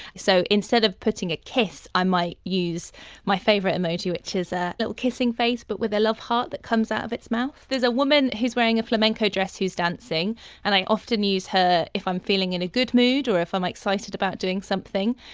so instead of putting a kiss i might use my favourite emoji which is a little kissing face but with a love heart that comes out of its mouth. mouth. there's a woman who's wearing a flamenco dress who's dancing and i often use her if i'm feeling in a good mood or if i'm excited about doing something.